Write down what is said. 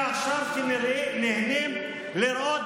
הם אלה עכשיו שנהנים לראות הרס,